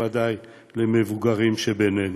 בוודאי למבוגרים שבינינו.